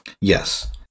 Yes